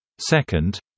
Second